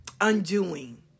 undoing